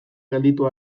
gelditu